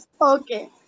Okay